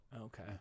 Okay